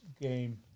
game